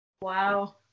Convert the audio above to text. Wow